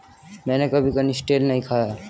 मैंने कभी कनिस्टेल नहीं खाया है